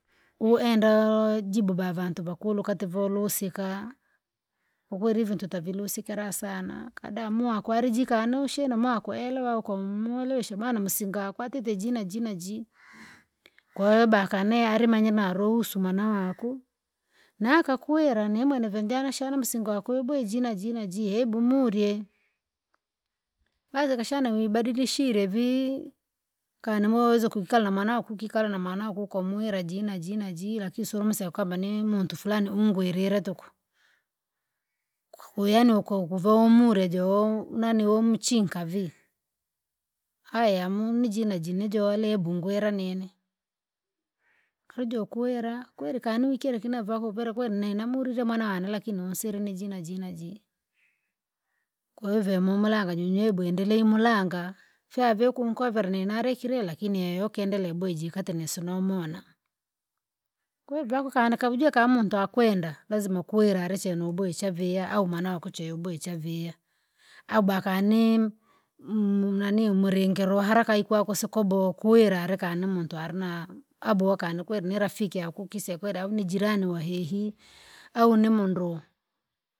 Uhu enda jibu vantu vakulu kati volusikaa. kwakweri ivi vintu tavilusikira sana. Kadamwiyaku ari jii kani washihine mwiyaku elewa wakamwelewesha maana msinga kwatite ji jii najii kwahiyo konayeye arimanyire narohusu mwana wani naye akakuwira. Ni mwenevyo najamshana musinga waku oboya ji najii hebu murye. Kwanza wakashana wibadilishire vii kani mawazo kikala namwina waku kikala wakamwira jii najii najii lakini siurimuwira kwamba ni muntu fulani ungwirire tuku. yani wakava womurya jawomuchinka vii ayi amu ni ji najii nijali hebu ngwira nini ari jokuwira kweri korikire vii na ivaku vora kweri nini namurirye mwan wani kweri unsire ji ji najii. Kwahiyo vemomulanga nyunyu heu endelei mulanga fijaave okunkovera nini lakini kati yeye okendele ya boya jii kati nini sinomwona. Ujue kanimuntu akwenda lazima kuwira ari chene wobaya chaviha awu mwanawaku chene obeya chaviha awu bakani nanii muringiriro wahara kayi kwaku sikwaboha kukuwira ari kani muntu ari na aboha kuwira ari kanirafiki yaku kweri au nijirani wa hehi awu ni munduu.